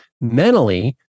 mentally